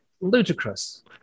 ludicrous